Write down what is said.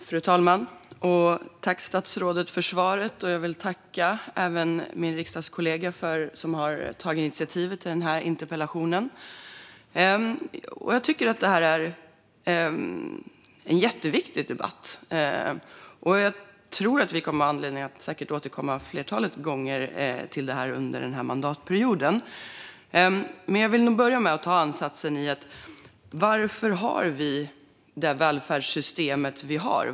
Fru talman! Tack, statsrådet, för svaret! Jag vill även tacka min riksdagskollega som har tagit initiativ till interpellationen. Jag tycker att det här är en jätteviktig debatt, och vi får säkert anledning att återkomma till detta flera gånger under mandatperioden. Jag vill börja med frågan om varför vi har det välfärdssystem vi har.